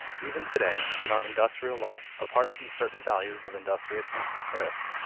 even today, in our industrial life, apart from certain values of industriousness and thrift,